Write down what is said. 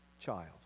child